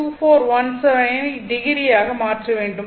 2417 ஐ டிகிரியாக மாற்ற வேண்டும்